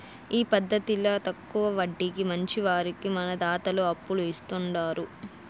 ఈ పద్దతిల తక్కవ వడ్డీకి మంచివారికి మన దాతలు అప్పులు ఇస్తాండారు